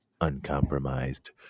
uncompromised